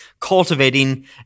cultivating